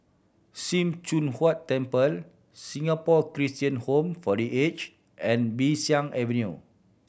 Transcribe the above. Sim Choon Huat Temple Singapore Christian Home for The Aged and Bee San Avenue